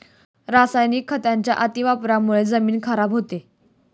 रासायनिक खतांच्या अतिवापरामुळे जमीन खराब होते